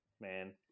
man